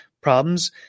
problems